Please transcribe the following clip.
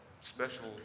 special